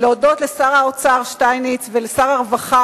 להודות לשר האוצר שטייניץ ולשר הרווחה